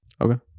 Okay